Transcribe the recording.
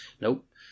Nope